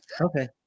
Okay